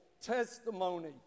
testimony